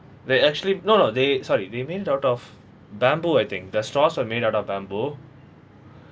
they actually no no they sorry they made it out of bamboo I think the straws are made out of bamboo